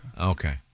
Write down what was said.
Okay